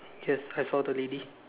yes I saw the lady